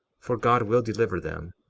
for god will deliver them,